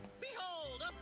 Behold